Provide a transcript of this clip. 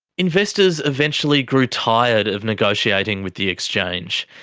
investors eventually grew tired of negotiating with the exchange.